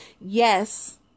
yes